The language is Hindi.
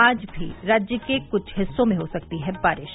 आज भी राज्य के कुछ हिस्सों में हो सकती है बारिश